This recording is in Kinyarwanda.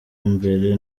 mbere